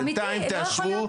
בינתיים תאשרו,